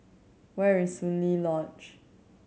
where is Soon Lee Lodge